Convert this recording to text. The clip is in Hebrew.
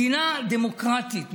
מדינה דמוקרטית,